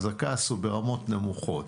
אז הכעס הוא ברמות נמוכות.